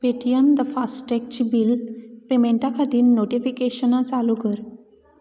pay T M द फास्टॅगची bill पेमेंटा खातीर नोटिफीकेशनां चालू कर